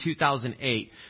2008